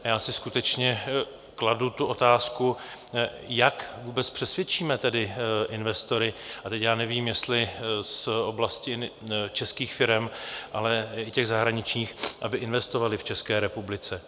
Já si skutečně kladu tu otázku, jak vůbec přesvědčíme tedy investory a teď nevím, jestli z oblasti českých firem, ale i těch zahraničních aby investovali v České republice.